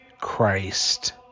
Christ